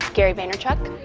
gary vaynerchuk.